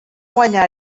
guanyar